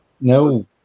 no